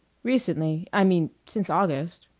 recently i mean since august.